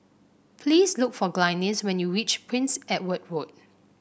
please look for Glynis when you reach Prince Edward Road